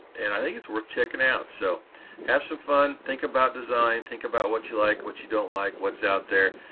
and i think it's worth out. so have some fun think about design think about what you like what you don't like what's out there,